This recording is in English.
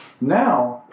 Now